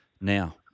now